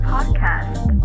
Podcast